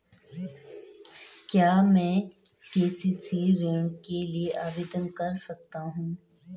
क्या मैं के.सी.सी ऋण के लिए आवेदन कर सकता हूँ?